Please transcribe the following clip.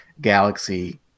galaxy